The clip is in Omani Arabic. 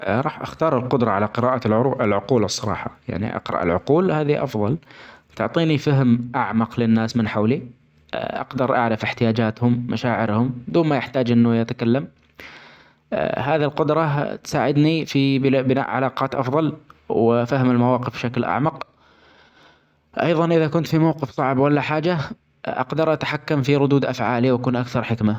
ا راح أختار القدرة علي قراءة العق-العقول الصراحة يعني أقراء العقول هذه أفظل ، تعطيني فهم أعمق للناس من حولي ، أجدر أعرف إحتياجاتهم مشاعرهم ، بدون ما يحتاج أنه يتكلم هذه القدرة تساعدني أنه بن-بناء علاقات أفظل وفهم المواقف بشكل أعمق ، أيظا إذا كنت في موقف صعب ولاحاجة أجدر أتحكم في ردود أفعالي وأكون ىأكثر حكمة.